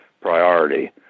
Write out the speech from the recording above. priority